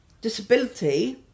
disability